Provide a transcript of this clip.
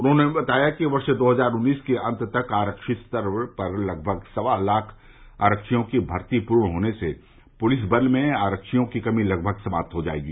उन्होंने बताया कि वर्ष दो हजार उन्नीस के अन्त तक आख्वी स्तर पर लगभग सवा लाख आरक्षियों की भर्ती पूर्ण होने से पुलिस बल में आरक्षियों की कमी लगभग समाप्त हो जायेगी